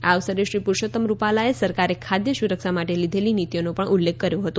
આ અવસરે શ્રી પુરૂષોત્તમ રૂપાલાએ સરકારે ખાદ્ય સુરક્ષા માટે લીધેલી નીતિઓનો પણ ઉલ્લેખ કર્યો હતો